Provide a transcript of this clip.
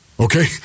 Okay